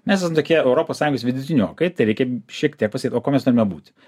mes esam tokie europos sąjungos vidutiniokai tai reikia šiek tiek pasakyt o kuo mes norime būti